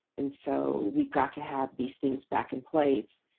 and so we've got to have these things back in place,